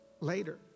later